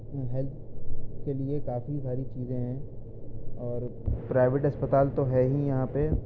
health کے لیے کافی ساری چیزیں ہیں اور پرائیویٹ اسپتال تو ہے ہی یہاں پہ